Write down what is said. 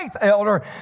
elder